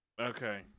Okay